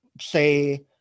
say